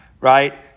right